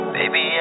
Baby